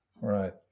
Right